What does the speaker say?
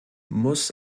muss